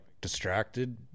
distracted